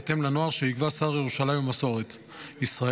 לנוהל שיקבע שר לירושלים ומסורת ישראל,